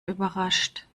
überrascht